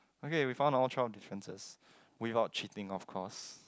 okay we found all twelve differences without cheating of course